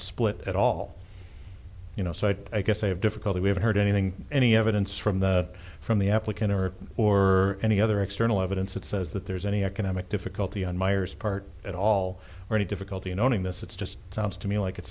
split at all you know so i guess i have difficulty we haven't heard anything any evidence from the from the applicant or any other external evidence that says that there's any economic difficulty on meyer's part at all or any difficulty in owning this it's just sounds to me like it's